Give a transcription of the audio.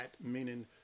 meaning